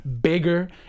bigger